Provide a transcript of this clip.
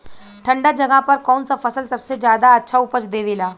ठंढा जगह पर कौन सा फसल सबसे ज्यादा अच्छा उपज देवेला?